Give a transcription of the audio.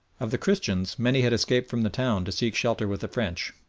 of the christians many had escaped from the town to seek shelter with the french,